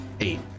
Eight